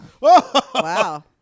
Wow